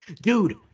Dude